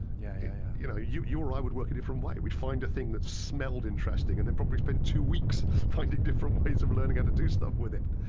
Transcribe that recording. yeah yeah you know you you or i would work a different way. we'd find a thing that smelled interesting and probably spend two weeks finding different ways of learning how to do stuff with it.